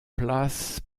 place